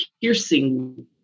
piercing